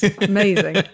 Amazing